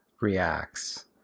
reacts